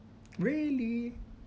really